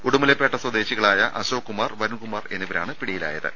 ഉടുമല്ലെ പേട്ട സ്വദേ ശികളായ അശോക് കുമാർ വരുൺകുമാർ എന്നിവരാണ് പിടിയിലായത്